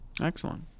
Excellent